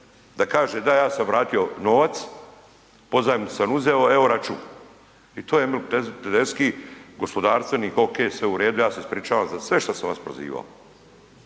da kaže da, ja sam vratio novac, pozajmicu sam uzeo, evo račun. I to je Emil Tedeschi gospodarstvenik, okej, sve u redu, ja se ispričavam za sve što sam vas prozivao,